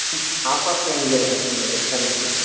offers ఏం లేదా మీ రెస్టారెంట్కి